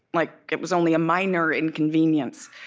like it was only a minor inconvenience